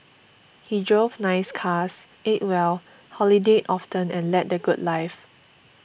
he drove nice cars ate well holidayed often and led the good life